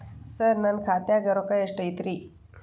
ಸರ ನನ್ನ ಖಾತ್ಯಾಗ ರೊಕ್ಕ ಎಷ್ಟು ಐತಿರಿ?